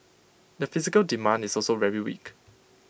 the physical demand is also very weak